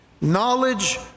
knowledge